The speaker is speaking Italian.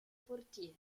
portiere